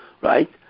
Right